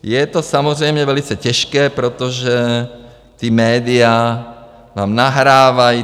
Je to samozřejmě velice těžké, protože ta média vám nahrávají.